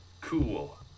Cool